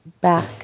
back